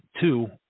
Two